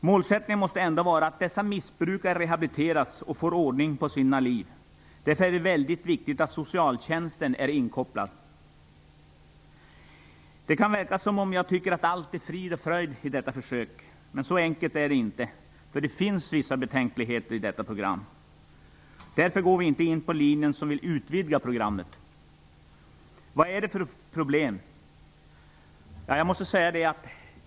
Målsättningen måste ändå vara att dessa missbrukare rehabiliteras och får ordning på sina liv. Därför är det väldigt viktigt att socialtjänsten är inkopplad. Det kan verka som att jag tycker att allt är frid och fröjd i detta försök. Men så enkelt är det inte. Det finns vissa betänkligheter i detta program. Därför går vi inte in på den linje där man vill utvidga programmet. Vad är då problemet?